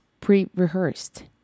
pre-rehearsed